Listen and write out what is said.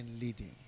leading